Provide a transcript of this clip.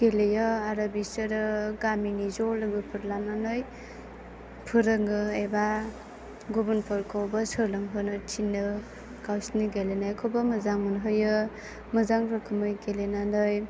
गेलेयो आरो बिसोरो गामिनि ज' लोगोफोर लानानै फोरोङो एबा गुबुनफोरखौबो सोलोंहोनो थिनो गावसोरनि गेलेनायखौबो मोजां मोनहोयो मोजां रोखोमै गेलेनानै